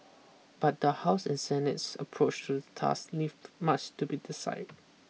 but the House and Senate's approach to task leave much to be decided